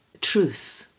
truth